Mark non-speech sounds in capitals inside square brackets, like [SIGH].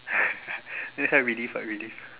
[LAUGHS] never try relief ah relief